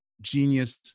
genius